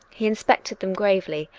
he inspected them gravely,